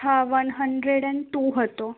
હા one hundred and two હતો